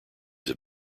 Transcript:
have